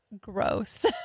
gross